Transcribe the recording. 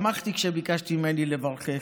שמחתי כשביקשת ממני לברכך,